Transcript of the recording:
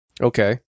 Okay